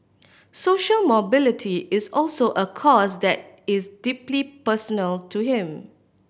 social mobility is also a cause that is deeply personal to him